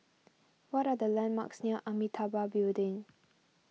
what are the landmarks near Amitabha Building